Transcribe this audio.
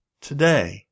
today